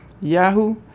Yahoo